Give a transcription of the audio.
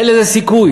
אין לזה סיכוי,